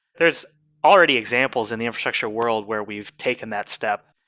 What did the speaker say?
there's already examples in the infrastructure world where we've taken that step.